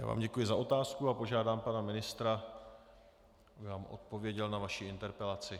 Já vám děkuji za otázky a požádám pana ministra, aby vám odpověděl na vaši interpelaci.